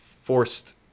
forced